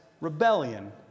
rebellion